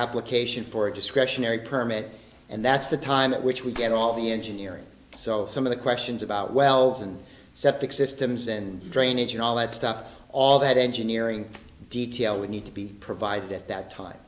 application for a discretionary permit and that's the time at which we get all the engineering so some of the questions about wells and septic systems and drainage and all that stuff all that engineering detail we need to be provided at that time